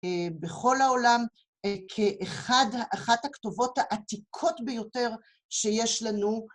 בכל העולם כאחד... כאחת הכתובות העתיקות ביותר שיש לנו.